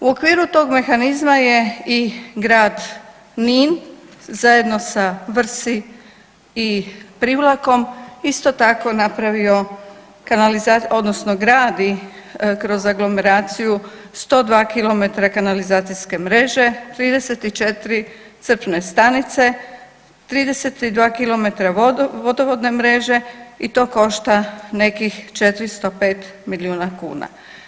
U okviru tog mehanizma je i grad Nin zajedno sa Vrsi i Privlakom isto tako napravio kanalizaciju, odnosno gradi kroz agromerizaciju 102km kanalizacijske mreže, 34 crpne stanice, 32km vodovodne mreže i to košta nekih 405 milijuna kuna.